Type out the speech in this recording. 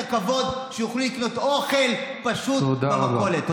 ולהחזיר לאנשים את הכבוד שיוכלו לקנות אוכל פשוט במכולת.